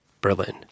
Berlin